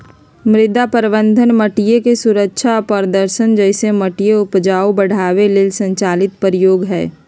मृदा प्रबन्धन माटिके सुरक्षा आ प्रदर्शन जइसे माटिके उपजाऊ बढ़ाबे लेल संचालित प्रयोग हई